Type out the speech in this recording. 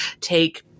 take